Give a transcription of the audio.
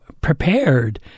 prepared